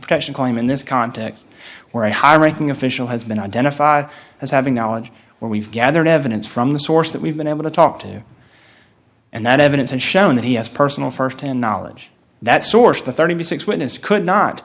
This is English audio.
protection claim in this context where a high ranking official has been identified as having knowledge when we've gathered evidence from the source that we've been able to talk to you and that evidence and shown that he has personal firsthand knowledge that source the thirty six witnesses could not